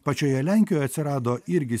pačioje lenkijoj atsirado irgi